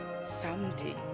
someday